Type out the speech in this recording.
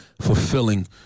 fulfilling